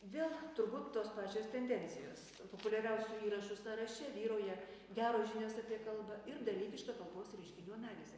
vėl turbūt tos pačios tendencijos populiariausių įrašų sąraše vyrauja geros žinios apie kalbą ir dalykiška kalbos reiškinių analizė